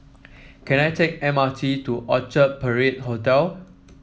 can I take M R T to Orchard Parade Hotel